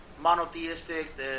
monotheistic